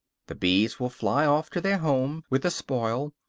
the bees will fly off to their home with the spoil,